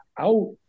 out